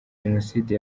jenoside